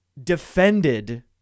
defended